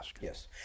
Yes